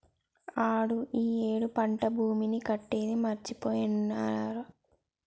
ఆడు ఈ ఏడు పంట భీమాని కట్టేది మరిచిపోయినారా